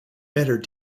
better